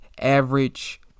average